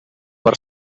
per